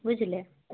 ବୁଝିଲେ